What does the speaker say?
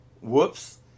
whoops